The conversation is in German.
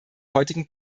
heutigen